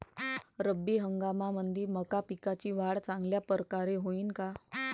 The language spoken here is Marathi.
रब्बी हंगामामंदी मका पिकाची वाढ चांगल्या परकारे होईन का?